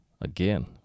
again